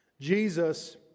Jesus